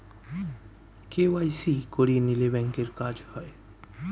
KYC করিয়ে নিলে ব্যাঙ্কের কাজ হয়